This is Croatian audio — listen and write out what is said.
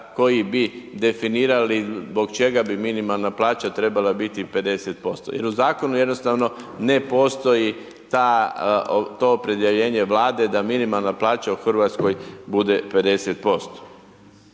koji bi definirali zbog čega bi minimalna plaća trebala biti 50%. Jer u zakonu jednostavno ne postoji ta, to opredjeljenje Vlade da minimalna plaća u Hrvatskoj bude 50%.Kako